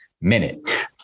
minute